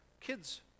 kids